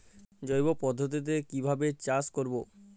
জৈব পদ্ধতিতে কিভাবে চাষ করব?